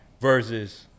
versus